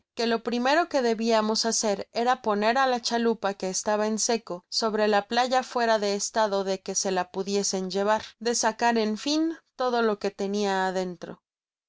lo primero que debiamos hacer era poner á la chalupa que estaba en seco sobre la playa fuera de estado de que se la pudiesen llevar de sacar en fin todo lo que tenia dentro